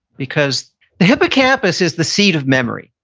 because the hippocampus is the seat of memory.